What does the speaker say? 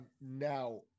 now